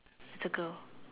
the girl